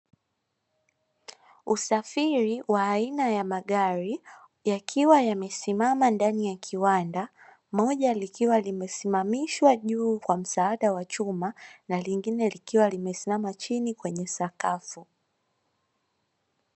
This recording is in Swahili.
Usafiri wa aina ya magari yakiwa yamesimama ndani ya kiwanda, mmoja likiwa limesimamishwa juu kwa msaada wa chuma na lingine likiwa limesimama chini kwenye sakafu.